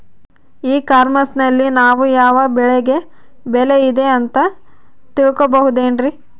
E commerce ನಲ್ಲಿ ನಾವು ಯಾವ ಬೆಳೆಗೆ ಬೆಲೆ ಇದೆ ಅಂತ ತಿಳ್ಕೋ ಬಹುದೇನ್ರಿ?